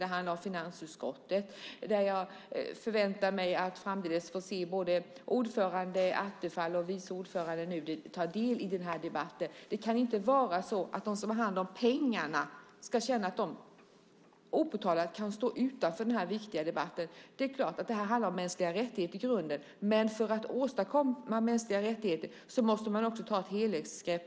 Det handlar om finansutskottet, där jag förväntar mig att framdeles få se både ordförande Attefall och vice ordförande Nuder ta del i den här debatten. Det kan inte vara så att de som har hand om pengarna ska känna att de opåtalat kan stå utanför den här viktiga debatten. Det är klart att det här handlar om mänskliga rättigheter i grunden. Men för att åstadkomma mänskliga rättigheter måste man också ta ett helhetsgrepp.